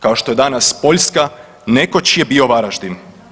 Kao što je danas Poljska, nekoć je bio Varaždin.